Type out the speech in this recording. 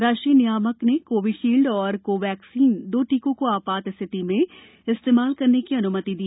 राष्ट्रीय नियामक ने कोविशील्ड् और कोवैक्सीन दो टीकों को आपात स्थिति में इस्तेमाल करने की अनुमति दी